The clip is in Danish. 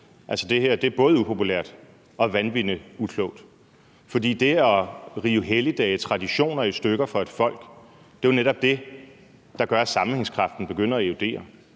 det her er både upopulært og vanvittig uklogt. For det at rive helligdage og traditioner i stykker for et folk er jo netop det, der gør, at sammenhængskraften begynder at erodere.